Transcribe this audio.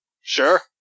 Sure